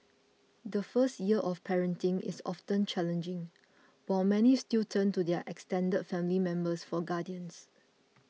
the first year of parenting is often challenging while many still turn to their extended family members for guidance